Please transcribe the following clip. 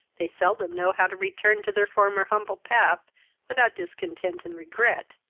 they seldom know how to return to their former humble path without discontent and regret,